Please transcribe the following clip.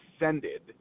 ascended